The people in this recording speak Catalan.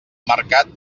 mercat